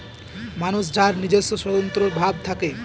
মানুষ যার নিজস্ব স্বতন্ত্র ভাব থাকে